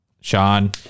Sean